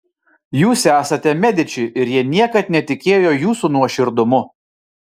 jūs esate mediči ir jie niekad netikėjo jūsų nuoširdumu